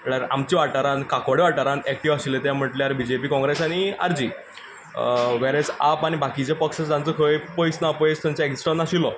म्हणल्यार आमचे वाठारांत काकोडे वाठारांत एक्टिव्ह आशिल्ले ते म्हणल्यार बी जे पी कॉंग्रेस आनी आर जी व्हेरएज आप आनी बाकीचे पक्ष जांचो खंय पयस ना पयस तांचो एक्सिस्टन्स नाशिल्लो